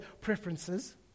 preferences